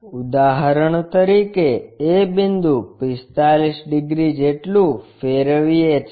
ઉદાહરણ તરીકે a બિંદુ 45 ડિગ્રી જેટલું ફેરવીએ છીએ